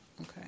Okay